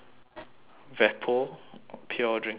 vepo pure drinking water